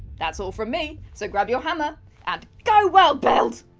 that's all from me, so grab your hammer and go worldbuild!